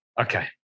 Okay